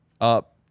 up